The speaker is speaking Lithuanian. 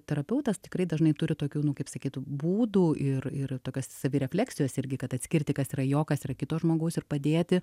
terapeutas tikrai dažnai turi tokių nu kaip sakytų būdų ir ir tokios savirefleksijos irgi kad atskirti kas yra jo kas yra kito žmogaus ir padėti